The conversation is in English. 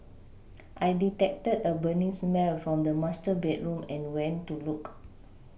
I detected a burning smell from the master bedroom and went to look